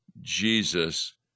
Jesus